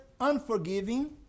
unforgiving